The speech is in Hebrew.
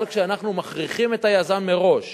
אבל כשאנחנו מכריחים את היזם מראש